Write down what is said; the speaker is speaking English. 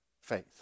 faith